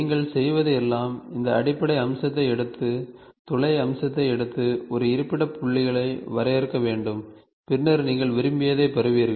நீங்கள் செய்வது எல்லாம் இந்த அடிப்படை அம்சத்தை எடுத்து துளை அம்சத்தை எடுத்து ஒரு இருப்பிட புள்ளிகளை வரையறுக்க வேண்டும் பின்னர் நீங்கள் விரும்பியதைப் பெறுவீர்கள்